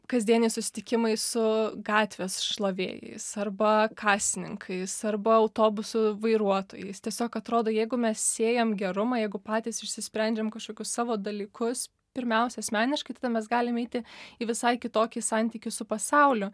kasdieniai susitikimai su gatvės šlavėjais arba kasininkais arba autobusų vairuotojais tiesiog atrodo jeigu mes sėjam gerumą jeigu patys išsprendžiam kažkokius savo dalykus pirmiausia asmeniškai tada mes galim eiti į visai kitokį santykį su pasauliu